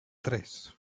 tres